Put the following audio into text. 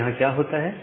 अब यहां क्या होता है